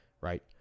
Right